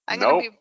No